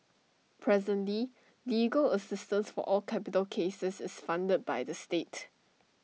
presently legal assistance for all capital cases is funded by the state